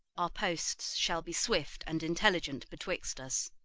our posts shall be swift and intelligent betwixt us.